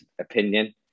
opinion